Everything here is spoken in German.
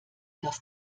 dass